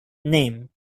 name